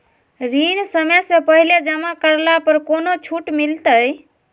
ऋण समय से पहले जमा करला पर कौनो छुट मिलतैय?